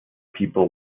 people